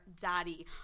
Daddy